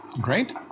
Great